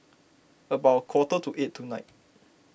about a quarter to eight tonight